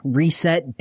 reset